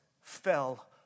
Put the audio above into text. fell